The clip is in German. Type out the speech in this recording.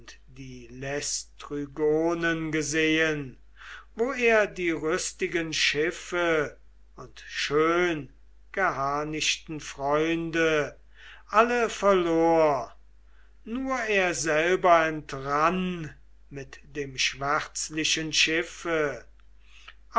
die laistrygonen gesehen wo er die rüstigen schiffe und schön geharnischten freunde alle verlor nur er selber entrann mit dem schwärzlichen schiffe